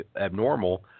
abnormal